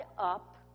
up